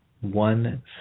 one